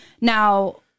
Now